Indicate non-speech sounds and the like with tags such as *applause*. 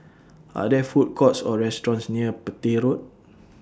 *noise* Are There Food Courts Or restaurants near Petir Road *noise*